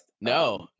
no